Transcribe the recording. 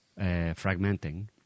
fragmenting